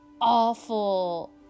awful